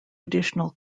additional